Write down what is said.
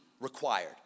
required